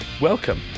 welcome